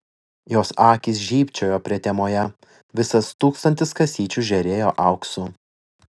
jos akys žybčiojo prietemoje visas tūkstantis kasyčių žėrėjo auksu